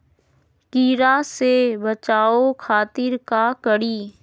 कीरा से बचाओ खातिर का करी?